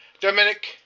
Dominic